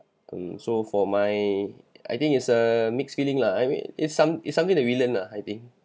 mm so for my I think it's a mixed feeling lah I mean it's some it's something that we learnt lah I think